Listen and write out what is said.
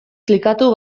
klikatu